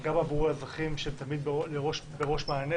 גם בעבור האזרחים שהם תמיד בראש מעייניך